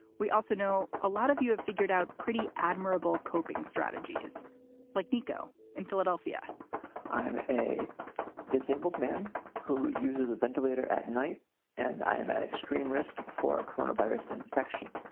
we also know a lot of you have figured out pretty admirable coping strategies like dekoe and philadelphia i'm a disabled man who uses a ventilator at night as i have at extreme risk for a sort of virus infection.